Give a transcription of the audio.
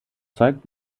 zeugt